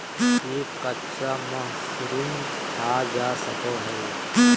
की कच्चा मशरूम खाल जा सको हय?